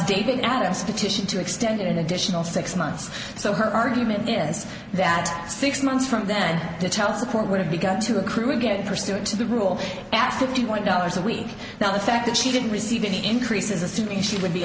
david adams petition to extend an additional six months so her argument is that six months from then to tell support would have begun to accrue again pursuant to the rule at fifty one dollars a week now the fact that she didn't receive any increases assuming she would be